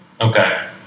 Okay